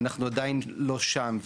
אנחנו עדיין לא שם,